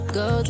go